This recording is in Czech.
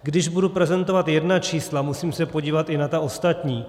Když budu prezentovat jedna čísla, musím se podívat i na ta ostatní.